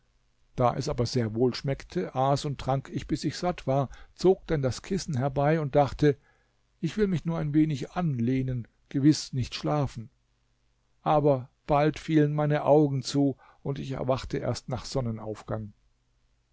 da es aber sehr wohlschmeckte aß und trank ich bis ich satt war zog dann das kissen herbei und dachte ich will mich nur ein wenig anlehnen gewiß nicht schlafen aber bald fielen meine augen zu und ich erwachte erst nach sonnenaufgang